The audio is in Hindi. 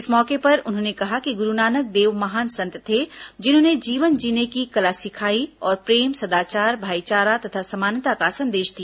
इस मौके पर उन्होंने कहा कि गुरूनानक देव महान संत थे जिन्होंने जीवन जीने की कला सिखाई और प्रेम सदाचार भाईचारा तथा समानता का संदेश दिया